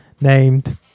named